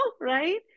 right